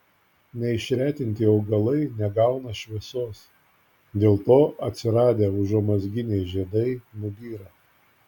neišretinti augalai negauna šviesos dėl to atsiradę užuomazginiai žiedai nubyra